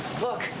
Look